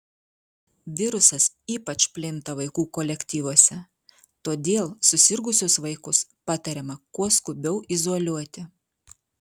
virusas ypač plinta vaikų kolektyvuose todėl susirgusius vaikus patariama kuo skubiau izoliuoti